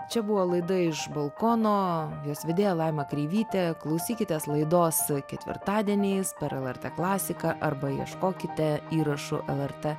čia buvo laida iš balkono jos vedėja laima kreivytė klausykitės laidos ketvirtadieniais per lrt klasiką arba ieškokite įrašų lrt